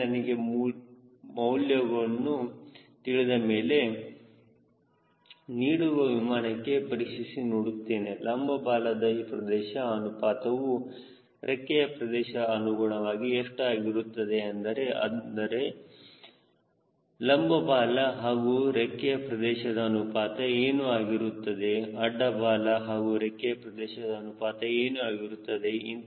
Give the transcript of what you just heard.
ಒಮ್ಮೆ ನನಗೆ ಅಮೂಲ್ಯನು ತಿಳಿದಮೇಲೆ ನೀಡಿರುವ ವಿಮಾನಕ್ಕೆ ಪರೀಕ್ಷಿಸಿ ನೋಡುತ್ತೇವೆ ಲಂಬ ಬಾಲದ ಪ್ರದೇಶದ ಅನುಪಾತವು ರೆಕ್ಕೆಯ ಪ್ರದೇಶಕ್ಕೆ ಅನುಗುಣವಾಗಿ ಎಷ್ಟು ಆಗಿರುತ್ತದೆ ಎಂದರೆ ಅಂದರೆ ಲಂಬ ಬಾಲ ಹಾಗೂ ರೆಕ್ಕೆಯ ಪ್ರದೇಶದ ಅನುಪಾತ ಏನು ಆಗಿರುತ್ತದೆ ಅಡ್ಡ ಬಾಲ ಹಾಗೂ ರೆಕ್ಕೆಯ ಪ್ರದೇಶದ ಅನುಪಾತ ಏನು ಆಗಿರುತ್ತದೆ